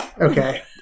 Okay